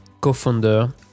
co-founder